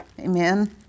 Amen